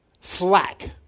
slack